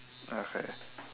okay